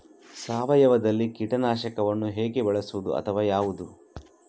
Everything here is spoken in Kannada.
ಸಾವಯವದಲ್ಲಿ ಕೀಟನಾಶಕವನ್ನು ಹೇಗೆ ಬಳಸುವುದು ಅಥವಾ ಯಾವುದು?